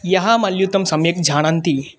यः मल्युद्धं सम्यक् जानन्ति